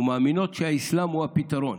ומאמינות שהאסלאם הוא הפתרון.